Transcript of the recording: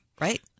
Right